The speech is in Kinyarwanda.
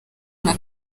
bya